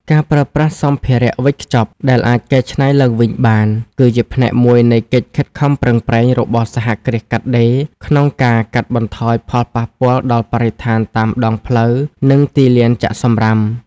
ការប្រើប្រាស់សម្ភារៈវេចខ្ចប់ដែលអាចកែច្នៃឡើងវិញបាន គឺជាផ្នែកមួយនៃកិច្ចខិតខំប្រឹងប្រែងរបស់សហគ្រាសកាត់ដេរ ក្នុងការកាត់បន្ថយផលប៉ះពាល់ដល់បរិស្ថានតាមដងផ្លូវ និងទីលានចាក់សំរាម។